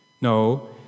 No